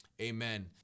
Amen